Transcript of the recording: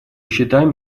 считаем